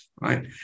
right